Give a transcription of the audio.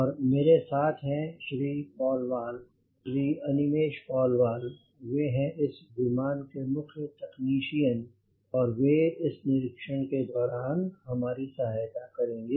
और मेरे साथ हैं श्री पॉलवाल श्री अनिमेष पॉलवाल वे हैं इस विमान के मुख्य तकनीशियन और वे इस निरीक्षण के दौरान हमारी सहायता करेंगे